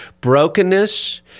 brokenness